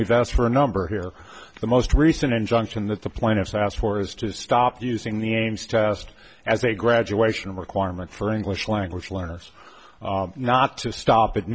we've asked for a number here the most recent injunction that the plaintiffs asked for is to stop using the aims test as a graduation requirement for english language learners not to stop